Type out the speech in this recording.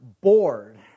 bored